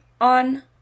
on